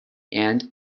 and